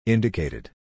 Indicated